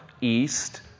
east